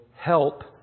help